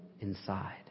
inside